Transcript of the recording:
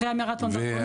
אחרי מרתון הדרכונים?